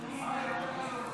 שלוש דקות לרשותך,